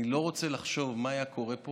אני לא רוצה לחשוב מה היה קורה פה